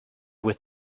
with